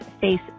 face